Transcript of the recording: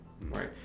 right